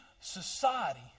society